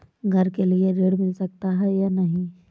घर के लिए ऋण मिल सकता है या नहीं?